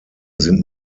sind